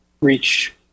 reach